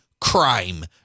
Crime